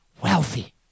wealthy